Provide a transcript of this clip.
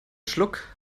schluck